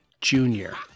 Junior